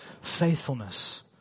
faithfulness